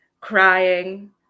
crying